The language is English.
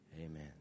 Amen